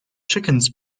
chickens